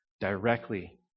directly